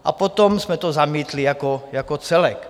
A potom jsme to zamítli jako celek.